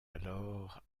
alors